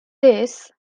this